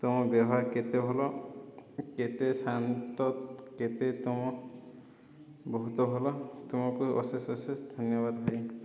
ତୁମ ବ୍ୟବହାର କେତେ ଭଲ କେତେ ଶାନ୍ତ କେତେ ତୁମ ବହୁତ ଭଲ ତୁମକୁ ଅଶେଷ ଅଶେଷ ଧନ୍ୟବାଦ ଭାଇ